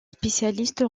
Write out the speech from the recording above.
spécialiste